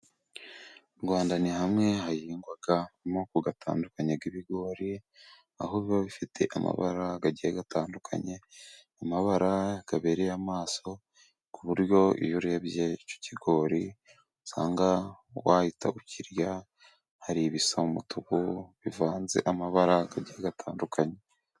Mu Rwanda ni hamwe hahingwa amoko atandukanye y'ibigori, aho biba bifite amabara agiye atandukanye, amabara abereye amaso ku buryo iyo urebye icyo kigori usanga wahita ukirya, hari ibisa n'umutuku bivanze amabara agiye atandukanye.